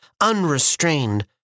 unrestrained